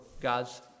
God's